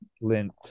Lint